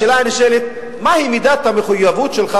השאלה הנשאלת מהי מידת המחויבות שלך,